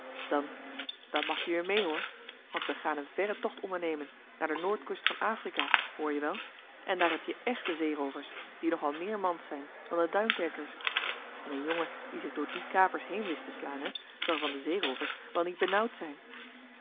dan dan mag je weer mee hoor want we gaan een verren tocht ondernemen naar de noordkust van afrika hoor je wel en daar heb-je èchte zeeroovers die nog wel meer mans zijn dan de duinkerkers en een jongen die zich door die kapers heen wist te slaan hè zal van de zeeroovers wel niet benauwd zijn